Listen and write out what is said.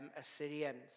Assyrians